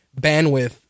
bandwidth